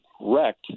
wrecked